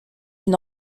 une